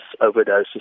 overdoses